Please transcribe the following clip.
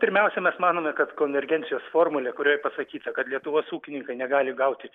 pirmiausia mes manome kad konvergencijos formulė kurioj pasakyta kad lietuvos ūkininkai negali gauti